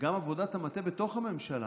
וגם עבודת המטה בתוך הממשלה,